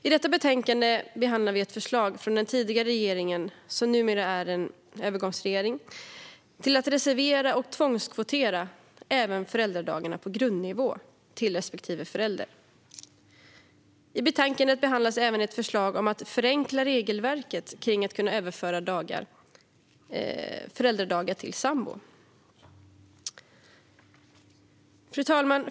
I betänkandet behandlar vi ett förslag från den tidigare regeringen, som numera är en övergångsregering, om att reservera och tvångskvotera även föräldradagarna på grundnivå till respektive förälder. I betänkandet behandlas även ett förslag om att förenkla regelverket för att kunna överföra föräldradagar till sambo. Fru talman!